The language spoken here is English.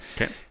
okay